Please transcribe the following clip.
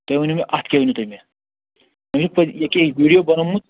تُہۍ ؤنِو مےٚ اَتھ کیٛاہ ؤنِو تُہۍ مےٚ مےٚ چھُ یہِ کہِ ویٖڈیو بنوومُت